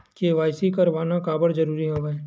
KYC करवाना काबर जरूरी हवय?